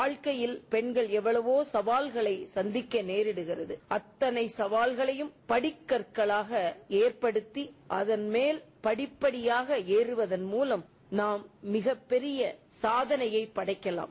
வாழ்க்கையில் பெண்கள் எல்வளவோ சவால்களை சந்திக்க நேரிடுகிறது அத்தளை சவால்களையும் படிக்கற்களாக எற்படுத்தி அதன்மேல் படிப்படியாக ஏறுவதன் மூலம் நாம் மிகப்பெரிய சாதனையை படைக்கலாம்